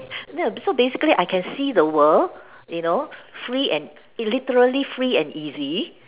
that so basically I can see the world you know free and it's literally free and easy